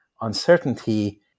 uncertainty